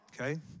Okay